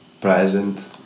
present